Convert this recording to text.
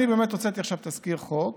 אני הוצאתי עכשיו תזכיר חוק